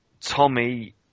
tommy